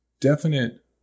definite